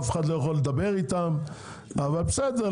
אף אחד לא יכול לדבר איתם אבל בסדר,